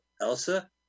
Elsa